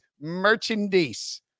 Merchandise